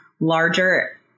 larger